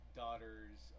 daughter's